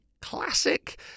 classic